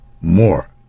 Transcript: more